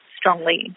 strongly